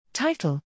Title